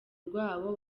rwabo